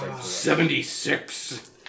Seventy-six